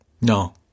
No